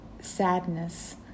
sadness